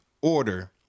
Order